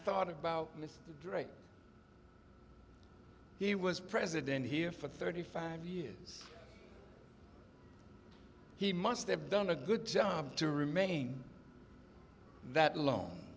thought about mr drake he was president here for thirty five years he must have done a good job to remain that lone